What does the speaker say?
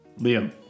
Liam